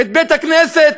את בית-הכנסת,